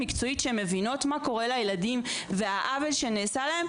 שמבינות מה קורה לילדים ואת העוול שנעשה להם,